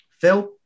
Phil